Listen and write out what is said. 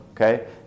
okay